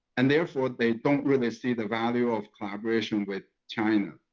and, therefore, they don't really see the value of collaboration with china.